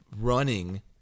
running